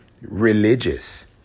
religious